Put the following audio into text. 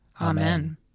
Amen